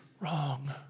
wrong